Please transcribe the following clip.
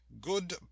good